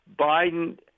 Biden